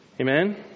Amen